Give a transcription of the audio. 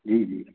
जी जी